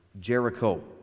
Jericho